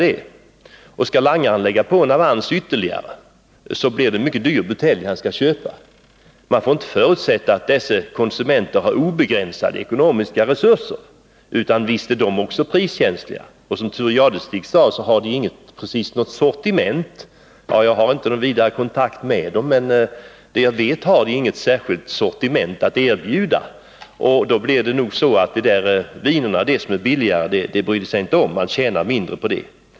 Skall langaren sedan lägga på sin avans, blir det en mycket dyr butelj. Man får förutsätta att de som vänder sig till langare inte har obegränsade ekonomiska resurser, utan visst är de också priskänsliga. Jag har inte någon närmare kontakt med langare, men vad jag vet är det riktigt som Thure Jadestig sade, att langarna inte precis har något sortiment att erbjuda. De billiga vinerna bryr de sig inte om, för de tjänar mindre på dem.